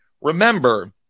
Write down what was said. remember